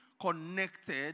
connected